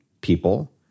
people